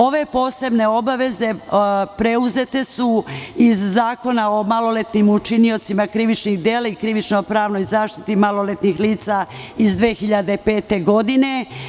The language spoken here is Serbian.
Ove posebne obaveze preuzete su iz Zakona o maloletnim učiniocima krivičnih dela i krivično-pravnoj zaštiti maloletnih lica iz 2005. godine.